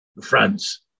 France